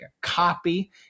copy